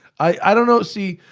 i don't know, see.